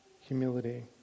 humility